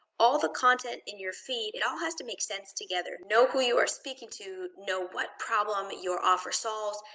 all the content in your feed, it all has to make sense together. know who you are speaking to. know what problem your offer solves.